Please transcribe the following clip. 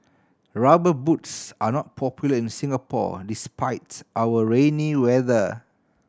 Rubber Boots are not popular in Singapore despite our rainy weather